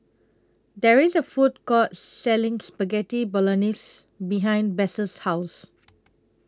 There IS A Food Court Selling Spaghetti Bolognese behind Bess' House